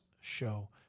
show